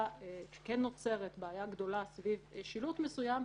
כשנוצרת בעיה גדולה סביב שילוט מסוים,